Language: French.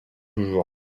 toujours